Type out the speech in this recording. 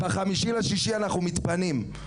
ב-6 במאי אנחנו מתפנים.